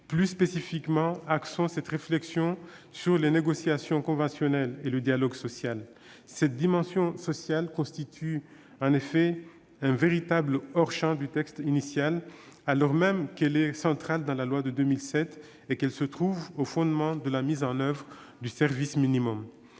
Plus spécifiquement, axons cette réflexion sur les négociations conventionnelles et le dialogue social. Cette dimension sociale constitue en effet un véritable « hors champ » du texte initial, alors même qu'elle est centrale dans la loi de 2007 et qu'elle se trouve au fondement de la mise en oeuvre du service minimum.